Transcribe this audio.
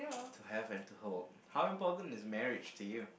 to have and to hold how important is marriage to you